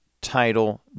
title